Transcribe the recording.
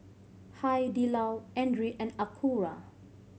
Hai Di Lao Andre and Acura